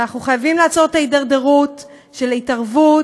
ואנחנו חייבים לעצור את ההידרדרות של ההתערבות